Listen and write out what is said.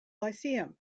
lyceum